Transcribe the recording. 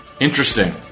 Interesting